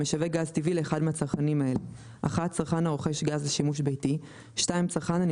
המשווק גז טבעי לאחד מהצרכנים האלה: (1) צרכן הרוכש גז לשימוש ביתי,